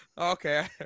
Okay